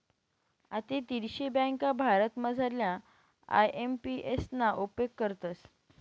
आते दीडशे ब्यांका भारतमझारल्या आय.एम.पी.एस ना उपेग करतस